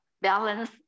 balance